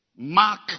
Mark